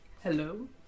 Hello